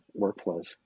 workflows